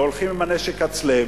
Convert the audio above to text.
והולכים עם הנשק ב"הצלב",